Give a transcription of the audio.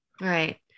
Right